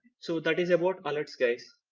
so that is about alerts guys.